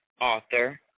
author